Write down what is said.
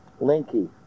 Linky